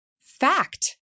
fact